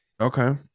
Okay